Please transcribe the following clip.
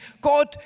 God